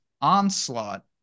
onslaught